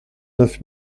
neuf